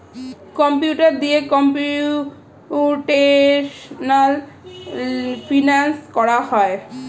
computer দিয়ে computational finance করা হয়